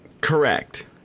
Correct